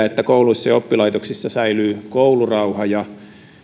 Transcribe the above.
että kouluissa ja oppilaitoksissa säilyy koulurauha ja